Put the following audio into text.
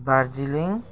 Darjeeling